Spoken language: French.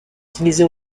utilisé